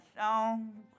song